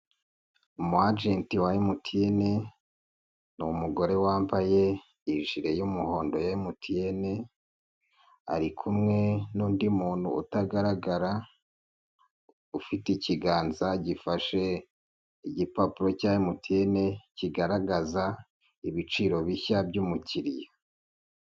Umu agent wa mute n'umugore wambaye ijire y'umuhondo ya mtn, ari kumwe n'undi muntu utagaragara ufite ikiganza gifashe igipapuro cya MTN kigaragaza ibiciro bishya by'umukiriya.